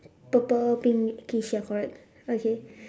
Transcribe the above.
purple pink shoe ya correct okay